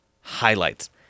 highlights